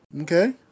Okay